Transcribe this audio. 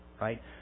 right